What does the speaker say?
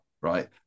right